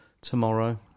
tomorrow